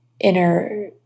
inner